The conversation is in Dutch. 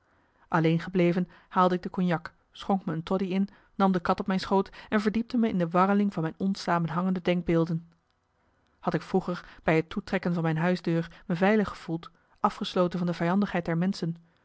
alleen gebleven haalde ik de cognac schonk me een toddy in nam de kat op mijn schoot en verdiepte me in de warreling van mijn onsamenhangende denkbeelden had ik vroeger bij het toetrekken van mijn huisdeur me veilig gevoeld afgesloten van de vijandigheid der menschen